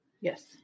Yes